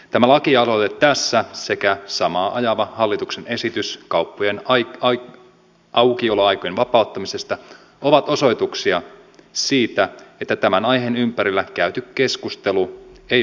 tämä lakialoite tässä sekä samaa ajava hallituksen esitys kauppojen aukioloaikojen vapauttamisesta ovat osoituksia siitä että tämän aiheen ympärillä käyty keskustelu ei ollut turhaa